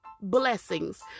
blessings